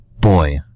boy